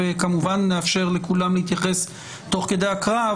וכמובן נאפשר לכולם להתייחס תוך כדי הקראה,